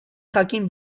jakin